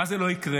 מה זה לא יקרה?